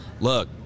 Look